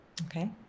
Okay